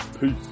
Peace